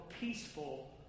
peaceful